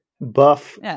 buff